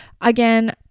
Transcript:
Again